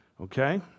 okay